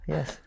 Yes